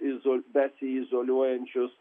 izo besiizoliuojančius